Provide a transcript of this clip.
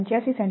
85 સે